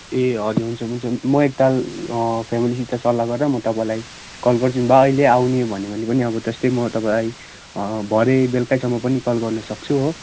ए हजुर हुन्छ हुन्छ म एकताल फ्यामिलीसित सल्लाह गरेर म तपाईँलाई कल गर्छु बा अहिले आउने भन्यो भने पनि त्यस्तै म तपाईँलाई भरे बेलुकैसम्म पनि कल गर्नु सक्छु हो